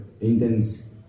intense